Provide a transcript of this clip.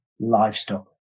livestock